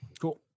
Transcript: Cool